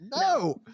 No